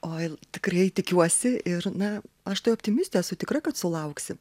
oi tikrai tikiuosi ir na aš tai optimistė esu tikra kad sulauksim